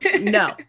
no